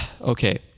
okay